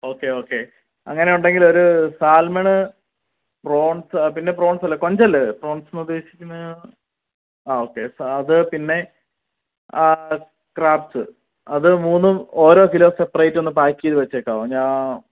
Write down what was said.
okay okay അങ്ങനെ ഉണ്ടെങ്കിൽ ഒരു സാൽമാണ് പ്രോൺസ് പിന്നെ പ്രോൺസ് അല്ല കൊഞ്ചല്ലേ പ്രോൺസ്ന്നു ഉദ്ദേശിക്കുന്നത് ആ ഓകെ അത് പിന്നെ ക്രാബസ് അത് മൂന്നും ഓരോ കിലോ സപ്രറ്റൊന്ന് പാക് ചെയ്ത് വെച്ചേക്കാവോ ഞാൻ